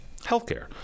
Healthcare